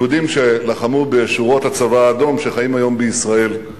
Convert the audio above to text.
יהודים שלחמו בשורות הצבא האדום שחיים היום בישראל,